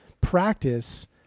practice